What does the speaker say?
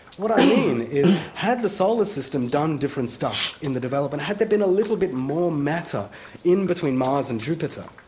what i mean is, had the solar system done different stuff in the development, had there been a little bit more matter in between mars and jupiter,